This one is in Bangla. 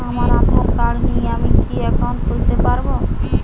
আমার আধার কার্ড নেই আমি কি একাউন্ট খুলতে পারব?